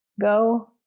go